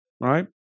Right